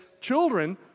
children